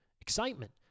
excitement